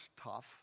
tough